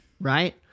right